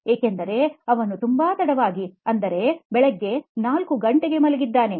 ಏಕೆಂದರೆ ಅವನು ತುಂಬಾ ತಡವಾಗಿ ಅಂದರೆ ಬೆಳಿಗ್ಗೆ 4 ಗಂಟೆಗೆ ಮಲಗಿದ್ದಾನೆ